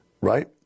right